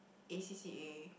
A_C_C_A